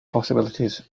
possibilities